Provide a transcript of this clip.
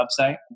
website